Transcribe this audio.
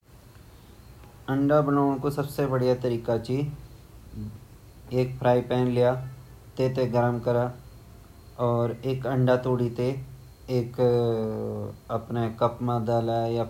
जु साधरंद आमलेट ची वेते पहली अंडा ल्योला वेते तोड़ीते अर